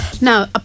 Now